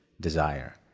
desire